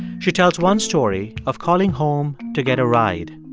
she tells one story of calling home to get a ride